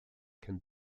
can